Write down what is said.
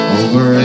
over